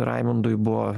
raimundui buvo